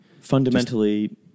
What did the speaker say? fundamentally